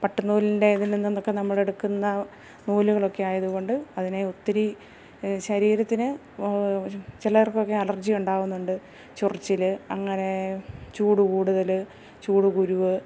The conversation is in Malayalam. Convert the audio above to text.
പട്ട് നൂലിൻ്റെ ഇതിൽ നിന്നൊക്കെ നമ്മൾ എടുക്കുന്ന നൂലുകളൊക്കെ ആയത് കൊണ്ട് അതിനെ ഒത്തിരി ശരീരത്തിന് ചിലർക്കൊക്കെ അലർജി ഉണ്ടാകുന്നുണ്ട് ചൊറിച്ചില് അങ്ങനേ ചൂട് കൂട്തല് ചൂട് കുരുവ്